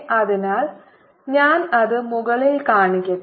അതിനാൽ ഞാൻ അത് മുകളിൽ കാണിക്കട്ടെ